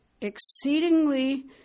exceedingly